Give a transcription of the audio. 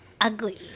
Ugly